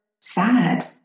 sad